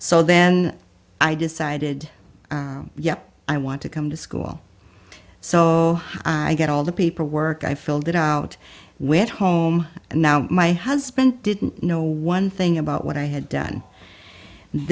so then i decided yeah i want to come to school so i get all the paperwork i filled it out with home and now my husband didn't know one thing about what i had done